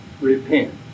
repent